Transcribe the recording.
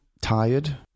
tired